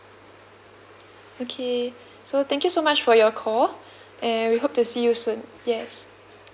okay so thank you so much for your call and we hope to see you soon yes